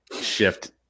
shift